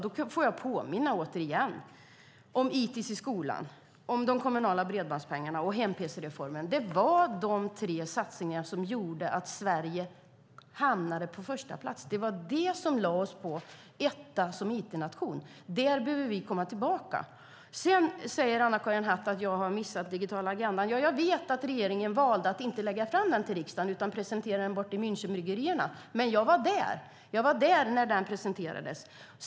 Då får jag återigen påminna om ITIS, it i skolan, om de kommunala bredbandspengarna och om hem-pc-reformen. Det var dessa tre satsningar som gjorde att Sverige hamnade på första plats. Det var det som placerade oss som etta som it-nation. Dit behöver vi komma tillbaka. Anna-Karin Hatt säger att jag har missat den digitala agendan. Ja, jag vet att regeringen valde att inte lägga fram den till riksdagen utan presenterade den borta vid Münchenbryggeriet. Men jag var där när den presenterades.